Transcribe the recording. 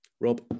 Rob